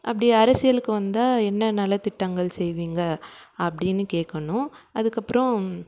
அப்படி அரசியலுக்கு வந்தால் என்ன நலத்திட்டங்கள் செய்வீங்க அப்படின்னு கேட்கணும் அதுக்கப்புறம்